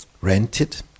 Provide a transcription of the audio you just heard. rented